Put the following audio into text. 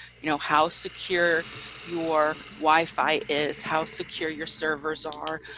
you know, how secure your wi-fi is, how secure your servers are,